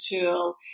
tool